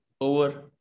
over